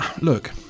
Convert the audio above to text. look